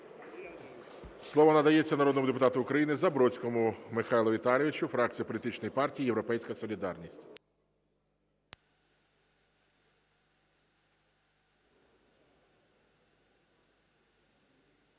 Слово надається народному депутату України Забродському Михайлу Віталійовичу, фракція політичної партії "Європейська солідарність".